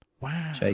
Wow